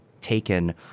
taken